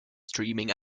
streaming